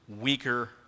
weaker